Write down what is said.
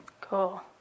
Cool